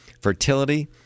fertility